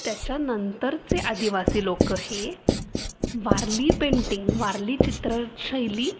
त्याच्यानंतरचे आदिवासी लोकं हे वारली पेंटिंग वारली चित्रशैली